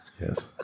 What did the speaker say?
Yes